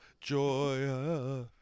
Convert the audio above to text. joy